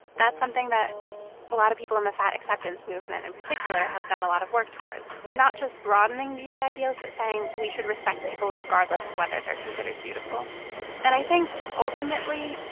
that's something that a lot of people in the fat acceptance movement in particular have done a lot of work towards, not just broadening beauty ideals, but saying, we should respect people regardless of whether they're considered beautiful beautiful and i think ultimately,